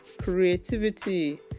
creativity